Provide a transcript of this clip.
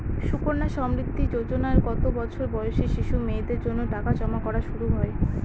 সুকন্যা সমৃদ্ধি যোজনায় কত বছর বয়সী শিশু মেয়েদের জন্য টাকা জমা করা শুরু হয়?